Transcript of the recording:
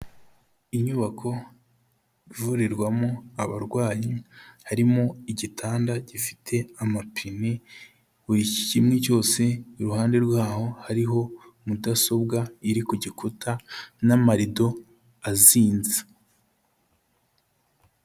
Inyubako ivurirwamo abarwayi harimo igitanda gifite amapine, buri kimwe cyose, iruhande rwaho hariho mudasobwa iri ku gikuta n'amarido azinze.